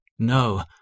No